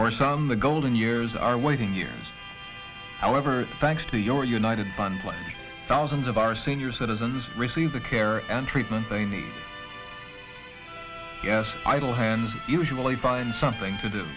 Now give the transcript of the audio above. for some the golden years are waiting years however thanks to your united bundling thousands of our senior citizens receive the care and treatment they need yes idle hands usually find something to do